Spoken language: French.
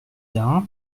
dain